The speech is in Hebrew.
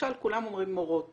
למשל כולם אומרים מורות